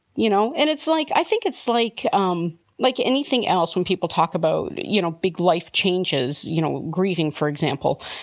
you know, and it's like i think it's like um like anything else when people talk about, you know, big life changes, you know, grieving, for example.